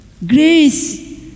grace